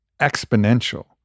exponential